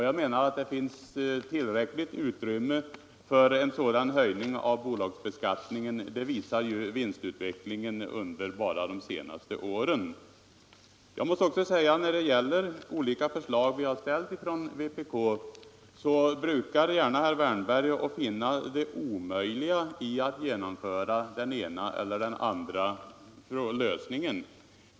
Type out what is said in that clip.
Jag anser att det finns tillräckligt utrymme för en sådan höjning av bolagsvinstskatten som vi föreslagit. Det visar utvecklingen bara under de senaste åren. De olika förslag som framställs av vpk brukar herr Wärnberg finna omöjliga att genomföra.